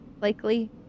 Likely